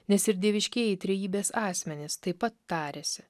nes ir dieviškieji trejybės asmenys taip pat tariasi